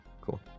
Cool